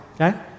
okay